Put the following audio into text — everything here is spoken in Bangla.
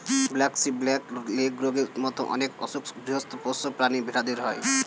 ব্র্যাক্সি, ব্ল্যাক লেগ রোগের মত অনেক অসুখ গৃহস্ত পোষ্য প্রাণী ভেড়াদের হয়